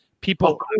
people